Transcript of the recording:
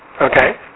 Okay